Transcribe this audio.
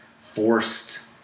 forced